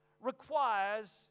requires